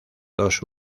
dos